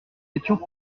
étions